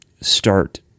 start